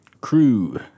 crew